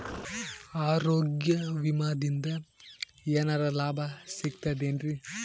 ಆರೋಗ್ಯ ವಿಮಾದಿಂದ ಏನರ್ ಲಾಭ ಸಿಗತದೇನ್ರಿ?